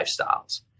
lifestyles